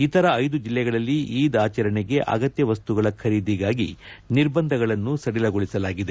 ಇತರ ಐದು ಜಿಲ್ಲೆಗಳಲ್ಲಿ ಈದ್ ಆಚರಣೆಗೆ ಅಗತ್ಯ ವಸ್ತುಗಳ ಖರೀದಿಗಾಗಿ ನಿರ್ಬಂಧಗಳನ್ನು ಸಡಿಲಗೊಳಿಸಲಾಗಿದೆ